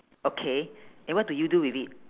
okay and what do you do with it